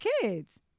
kids